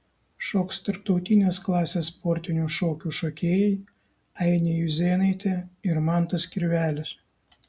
šoks tarptautinės klasės sportinių šokių šokėjai ainė juzėnaitė ir mantas kirvelis